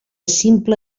simple